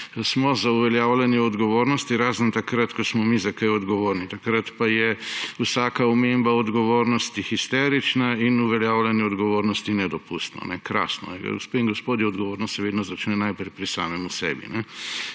smo za uveljavljanje odgovornosti, razen takrat, ko smo mi za kaj odgovorni, takrat pa je vsaka omemba odgovornosti histerična in uveljavljanje odgovornosti nedopustno. Krasno. Gospe in gospodje, odgovornost se vedno začne najprej pri samemu sebi,